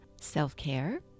self-care